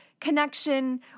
connection